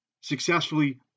successfully